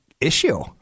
issue